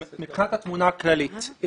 מבחינת התמונה הכללית.